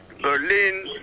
Berlin